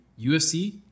UFC